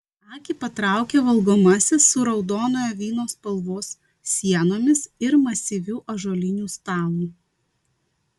akį patraukė valgomasis su raudonojo vyno spalvos sienomis ir masyviu ąžuoliniu stalu